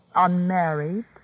unmarried